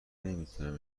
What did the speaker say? نمیتونم